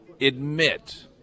admit